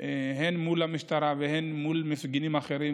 הן מול המשטרה והן מול מפגינים האחרים